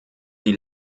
die